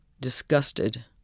disgusted